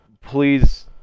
please